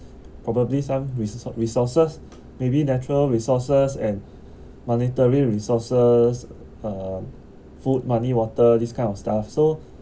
probably some research resources maybe natural resources and monetary resources uh food money water this kind of stuff so